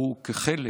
כחלק